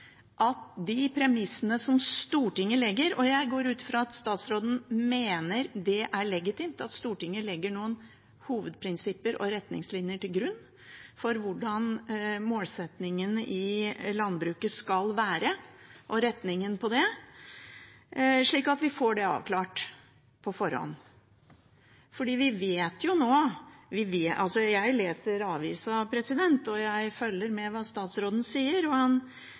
de premissene som Stortinget legger, og jeg går ut fra at statsråden mener det er legitimt at Stortinget legger noen hovedprinsipper og retningslinjer til grunn for hvordan målsettingen i landbruket skal være, og retningen på det, slik at vi får det avklart på forhånd. Vi vet jo nå – jeg leser avisa, og jeg følger med på hva statsråden sier – at han